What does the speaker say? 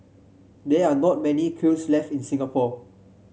there are not many kilns left in Singapore